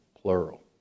plural